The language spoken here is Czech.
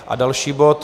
A další bod